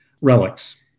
relics